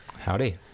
howdy